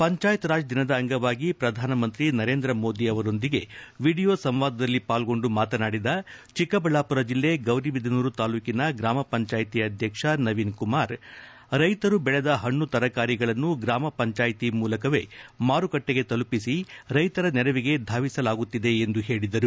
ಪಂಚಾಯತ್ ರಾಜ್ ದಿನದ ಅಂಗವಾಗಿ ಪ್ರಧಾನಮಂತ್ರಿ ನರೇಂದ್ರ ಮೋದಿ ಅವರೊಂದಿಗೆ ವಿಡಿಯೋ ಸಂವಾದದಲ್ಲಿ ಪಾಲ್ಗೊಂಡು ಮಾತನಾಡಿದ ಚಕ್ಕಬಳ್ಳಾಪುರ ಜಿಲ್ಲೆ ಗೌರಿಬಿದನೂರು ತಾಲೂಕಿನ ಗ್ರಾಮ ಪಂಚಾಯ್ತಿ ಅಧ್ವಕ್ಷ ನವೀನ್ ಕುಮಾರ್ ರೈತರು ಬೆಳೆದ ಪಣ್ಣು ತರಕಾರಿಗಳನ್ನು ಗ್ರಾಮ ಪಂಚಾಯಿತಿ ಮೂಲಕವೇ ಮಾರುಕಟ್ಟೆಗೆ ತಲುಪಿಸಿ ರೈತರ ನೆರವಿಗೆ ಧಾವಿಸಲಾಗುತ್ತಿದೆ ಎಂದು ಹೇಳಿದರು